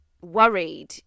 worried